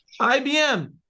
ibm